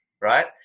right